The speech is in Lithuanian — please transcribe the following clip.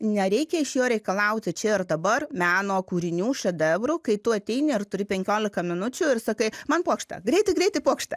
nereikia iš jo reikalauti čia ir dabar meno kūrinių šedevrų kai tu ateini ir turi penkiolika minučių ir sakai man puokštę greitai greitai puokštę